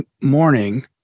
morning